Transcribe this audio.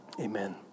Amen